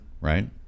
right